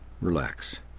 Relax